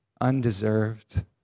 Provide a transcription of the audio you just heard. undeserved